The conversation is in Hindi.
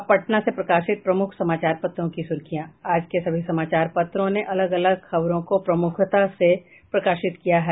अब पटना से प्रकाशित प्रमुख समाचार पत्रों की सुर्खियां आज के सभी समाचार पत्रों ने अलग अलग खबरों को प्रमूखता से प्रकाशित किया है